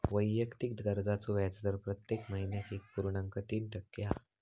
वैयक्तिक कर्जाचो व्याजदर प्रत्येक महिन्याक एक पुर्णांक तीन टक्के हा